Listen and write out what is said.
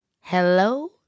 Hello